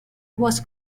was